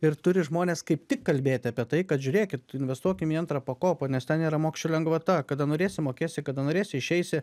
ir turi žmonės kaip tik kalbėti apie tai kad žiūrėkit investuokim į antrą pakopą nes ten yra mokesčių lengvata kada norėsi mokėsi kada norėsi išeisi